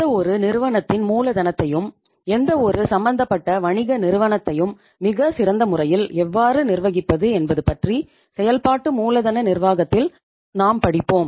எந்தவொரு நிறுவனத்தின் மூலதனத்தையும் எந்தவொரு சம்பந்தப்பட்ட வணிக நிறுவனத்தையும் மிகச் சிறந்த முறையில் எவ்வாறு நிர்வகிப்பது என்பது பற்றி செயல்பாட்டு மூலதன நிர்வாகத்தில் நாம் படிப்போம்